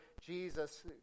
Jesus